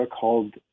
called